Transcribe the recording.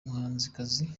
muhanzikazi